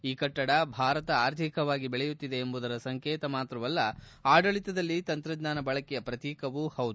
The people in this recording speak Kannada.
ಈ ಕಟ್ಟಡ ಭಾರತ ಆರ್ಥಿಕವಾಗಿ ಬೆಳೆಯುತ್ತಿದೆ ಎಂಬುದರ ಸಂಕೇತ ಮಾತ್ರವಲ್ಲ ಆಡಳಿತದಲ್ಲಿ ತಂತ್ರಜ್ಞಾನ ಬಳಕೆಯ ಪ್ರತೀಕವೂ ಹೌದು